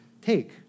take